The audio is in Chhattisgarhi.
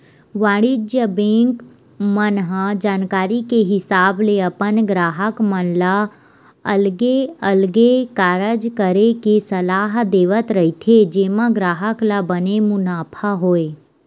वाणिज्य बेंक मन ह जानकारी के हिसाब ले अपन गराहक मन ल अलगे अलगे कारज करे के सलाह देवत रहिथे जेमा ग्राहक ल बने मुनाफा होय